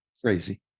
crazy